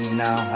now